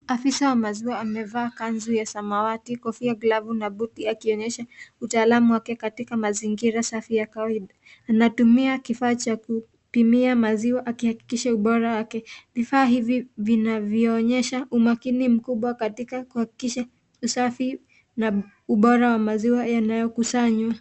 Afisa wa maziwa amevaa kanzu ya samawati, kofia, glavu na buti akionyesha utaalamu wake Katika mazingira safi ya kawaida. Anatumia kifaa cha kupimia maziwa akihakikisha ubora wake. Vifaa hivi vinaonyesha umakini mkubwa katika kuhakikisha usafi na Ubora wa maziwa yanayokusanywa.